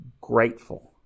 grateful